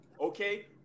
okay